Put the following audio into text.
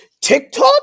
TikTok